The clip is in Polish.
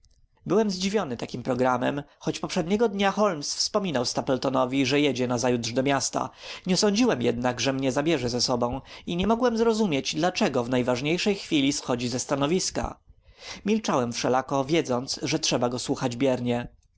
byłem zdziwiony takim programem choć poprzedniego dnia holmes wspominał stapletonowi że jedzie nazajutrz do miasta nie sądziłem jednak że mnie zabierze ze sobą i nie mogłem zrozumieć dlaczego w najważniejszej chwili schodzi ze stanowiska milczałem wszelako wiedząc że trzeba go słuchać biernie